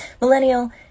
millennial